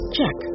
Check